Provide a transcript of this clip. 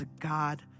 God